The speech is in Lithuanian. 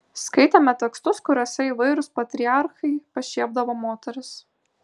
skaitėme tekstus kuriuose įvairūs patriarchai pašiepdavo moteris